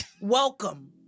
welcome